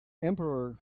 emperor